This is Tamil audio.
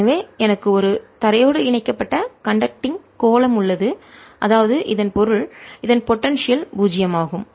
எனவே எனக்கு ஒரு தரையோடு இணைக்கப்பட்ட கண்டக்டிங் மின்கடத்தும் கோளம் உள்ளதுஅதாவது இதன் பொருள் இதன் போடன்சியல் பூஜ்ஜியமாகும்